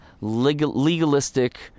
legalistic